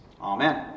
Amen